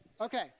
Okay